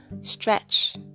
stretch